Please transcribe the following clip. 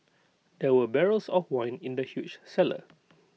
there were barrels of wine in the huge cellar